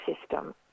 system